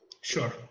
Sure